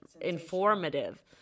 informative